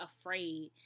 afraid